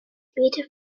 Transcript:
bete